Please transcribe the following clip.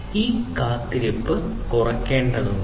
അതിനാൽ ഈ കാത്തിരിപ്പ് കുറയ്ക്കേണ്ടതുണ്ട്